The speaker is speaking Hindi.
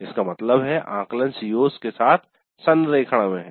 इसका मतलब है आकलन CO's के साथ संरेखण में है